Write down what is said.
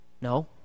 No